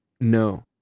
No